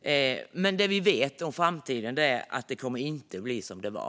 Det som vi vet om framtiden är att det inte kommer att bli som det var.